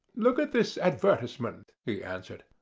look at this advertisement, he answered.